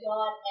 God